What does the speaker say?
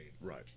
Right